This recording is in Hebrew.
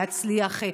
להצליח,